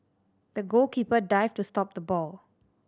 the goalkeeper dived to stop the ball